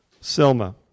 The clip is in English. Selma